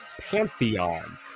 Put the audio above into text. pantheon